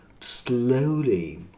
slowly